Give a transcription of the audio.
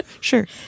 sure